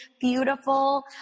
beautiful